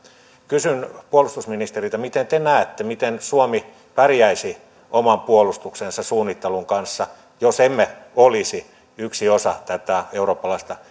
kysyn puolustusministeriltä miten te näette miten suomi pärjäisi oman puolustuksensa suunnittelun kanssa jos emme olisi yksi osa tätä eurooppalaista